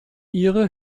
ihre